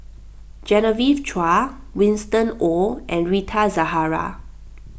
Genevieve Chua Winston Oh and Rita Zahara